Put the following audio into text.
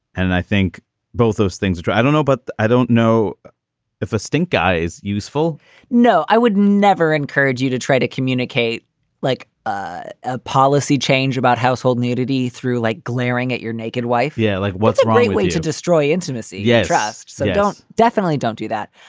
and and i think both those things. i don't know. but i don't know if a stink guy is useful no, i would never encourage you to try to communicate like ah a policy change about household nudity through like glaring at your naked wife. yeah. like what's right way to destroy intimacy. yeah, trust. so don't definitely don't do that.